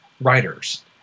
writers